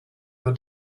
your